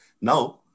now